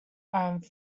are